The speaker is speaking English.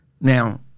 Now